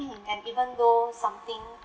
and even though something